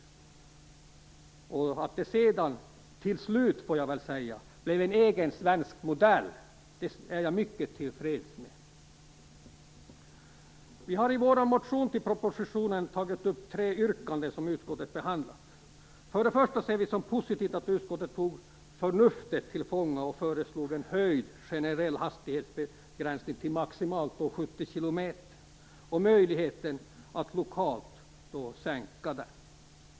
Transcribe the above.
Att det sedan, till slut får jag väl säga, blev en egen svensk modell är jag mycket till freds med. Vi har i vår motion till propositionen tagit upp tre yrkanden som utskottet behandlat. Först och främst ser vi som positivt att utskottet tog förnuftet till fånga och föreslog en höjd generell hastighetsbegränsning på 70 km i timmen och möjligheten att lokalt sänka den.